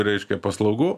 reiškia paslaugų